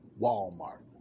Walmart